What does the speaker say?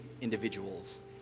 individuals